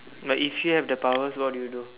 now if you have the powers what would you do